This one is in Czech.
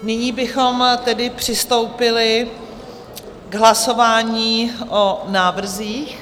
Nyní bychom tedy přistoupili k hlasování o návrzích.